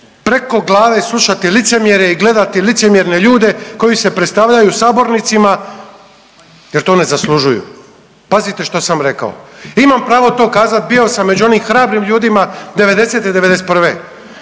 preko glave slušati licemjerje i gledati licemjerne ljude koji se predstavljaju sabornicima jer to ne zaslužuju. Pazite što sam rekao. Imam pravo to kazati. Bio sam među onim hrabrim ljudima 90., 91.